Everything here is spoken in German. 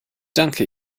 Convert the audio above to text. danke